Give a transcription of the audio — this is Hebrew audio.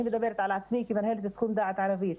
אני מדברת כמנהלת תחום דעת ערבית,